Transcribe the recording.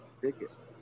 Biggest